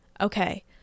Okay